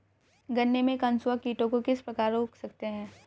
गन्ने में कंसुआ कीटों को किस प्रकार रोक सकते हैं?